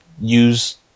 use